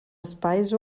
espais